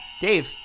Dave